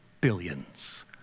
billions